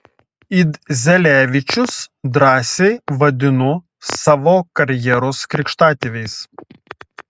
idzelevičius drąsiai vadinu savo karjeros krikštatėviais